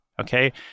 Okay